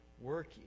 work